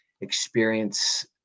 experience